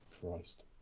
Christ